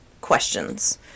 questions